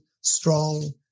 strong